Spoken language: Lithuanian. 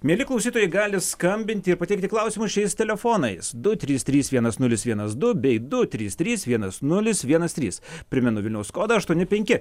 mieli klausytojai galit skambinti ir pateikti klausimus šiais telefonais du trys trys vienas nulis vienas du bei du trys trys vienas nulis vienas trys primenu vilniaus kodą aštuoni penki